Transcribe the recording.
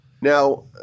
Now